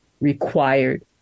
required